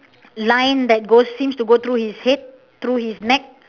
line that goes seems to go through his head through his neck